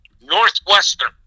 Northwestern